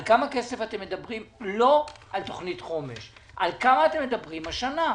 על כמה כסף אתם מדברים לא על תוכנית חומש על כמה אתם מדברים השנה?